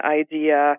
idea